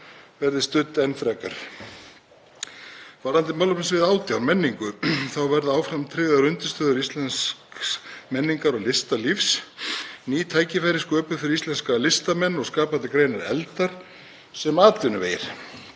verði studd enn frekar. Varðandi málefnasvið 18, menningu, verða áfram tryggðar undirstöður íslensks menningar- og listalífs, ný tækifæri sköpuð fyrir íslenska listamenn og skapandi greinar efldar sem atvinnuvegir.